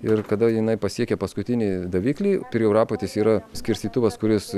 ir kada jinai pasiekia paskutinį daviklį prie orapūtės yra skirstytuvas kuris